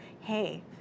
hey